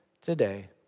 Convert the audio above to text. today